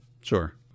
sure